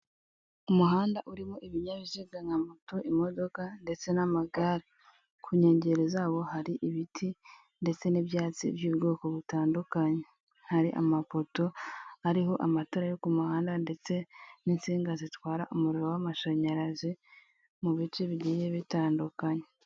Umuhanda urimo ibinyabiziga nka moto, imodoka ndetse n'amagare. Ku nkengero zawo hari ibiti ndetse n'icyatsi bitandukanye. Hari amapoto ariho amatara yo ku muhanda ndetse n'inziga zitwara amashanyarazi mu bice bigiye bitandukanye.